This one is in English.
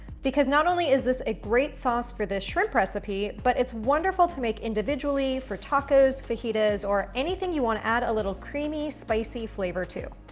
because not only is this a great sauce for this shrimp recipe, but it's wonderful to make individually for tacos, fajitas or anything you wanna add a little creamy, spicy flavor to.